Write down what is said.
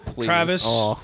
Travis